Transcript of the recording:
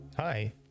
Hi